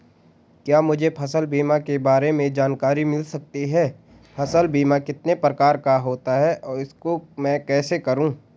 क्या मुझे फसल बीमा के बारे में जानकारी मिल सकती है फसल बीमा कितने प्रकार का होता है इसको मैं कैसे करूँ?